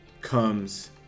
comes